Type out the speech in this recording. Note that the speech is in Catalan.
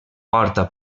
porta